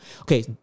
okay